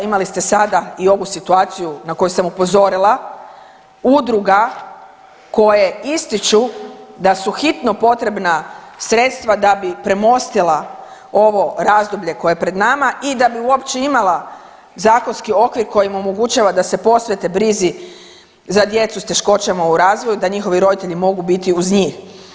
Imali ste sada i ovu situaciju na koju sam upozorila, udruga koje ističu da su hitno potrebna sredstva da bi premostila ovo razdoblje koje je pred nama i da bi uopće imala zakonski okvir koji mu omogućava da se posvete brizi za djecu s teškoćama u razvoju da njihovi roditelji mogu biti uz njih.